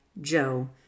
Joe